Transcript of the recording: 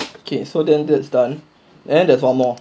okay so then that's done and there's one more